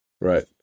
Right